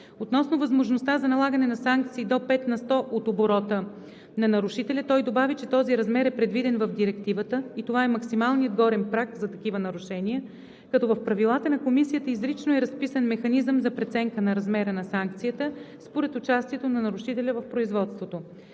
Относно възможността за налагане на санкции до 5 на сто от оборота на нарушителя той добави, че този размер е предвиден в Директивата и това е максималният горен праг за такива нарушения, като в правилата на Комисията изрично е разписан механизъм за преценка на размера на санкцията според участието на нарушителя в производството.